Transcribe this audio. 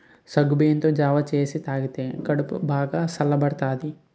సగ్గుబియ్యంతో జావ సేసి తాగితే కడుపు బాగా సల్లబడతాది